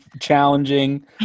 Challenging